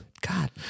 God